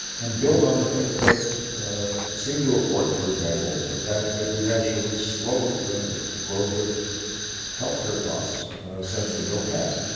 and build on the things that seemed to have worked. for example, the fact that we've actually slowed the growth of health care costs since the bill passed.